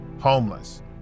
homeless